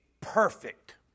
perfect